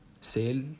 Sale